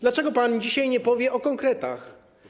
Dlaczego pan dzisiaj nie powie o konkretach?